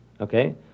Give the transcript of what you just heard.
okay